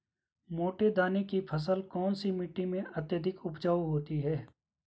मोटे दाने की फसल कौन सी मिट्टी में अत्यधिक उपजाऊ होती है?